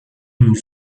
une